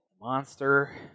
Monster